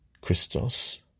Christos